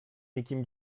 nikim